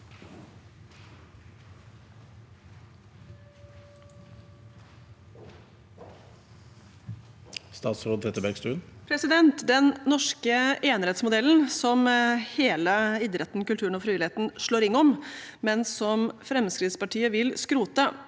Den norske enerettsmodellen, som hele idretten, kulturen og frivilligheten slår ring om, men som Fremskrittspartiet vil skrote,